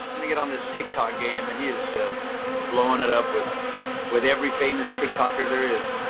let me get on this tiktok game and he is just blowing it up with with every famous tiktoker there is.